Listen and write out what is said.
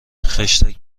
خشتک